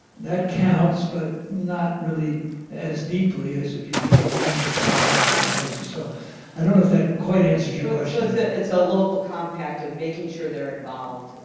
that counts, but not really as deeply as if you've really gotten to twenty five different places, so i don't know if that quite answers your question. like so it's a local compact of making sure they're involved. yeah